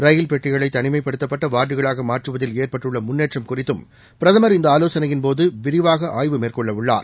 ரயில் பெட்டிகளைதனிமைப்படுத்தப்பட்டவார்டுகளாகமாற்றுவதில் ஏற்பட்டுள்ளமுன்னேற்றம் குறித்தும் பிரதமர் இந்தஆலோசனையின் போதுவிரிவாகஆய்வு மேற்கொள்ளவுள்ளார்